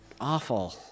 Awful